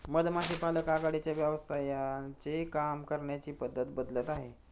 मधमाशी पालक आघाडीच्या व्यवसायांचे काम करण्याची पद्धत बदलत आहे